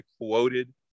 quoted